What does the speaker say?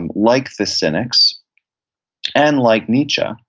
and like the cynics and like nietzsche,